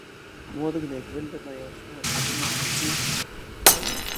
nuodugniai gvildena jausmų atradimus ir klystkelius